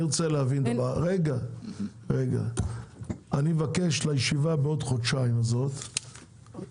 אני מבקש לישיבה הזאת